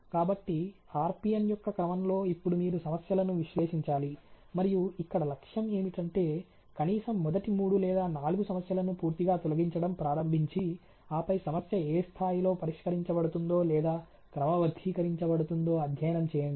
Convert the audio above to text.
కాబట్టి RPN యొక్క క్రమంలో ఇప్పుడు మీరు సమస్యలను విశ్లేషించాలి మరియు ఇక్కడ లక్ష్యం ఏమిటంటే కనీసం మొదటి మూడు లేదా నాలుగు సమస్యలను పూర్తిగా తొలగించడం ప్రారంభించి ఆపై సమస్య ఏ స్థాయిలో పరిష్కరించబడుతుందో లేదా క్రమబద్ధీకరించబడుతుందో అధ్యయనం చేయండి